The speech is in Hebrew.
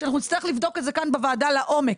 שאנחנו נצטרך לבדוק את זה כאן בוועדה לעומק,